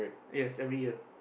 yes every year